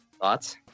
Thoughts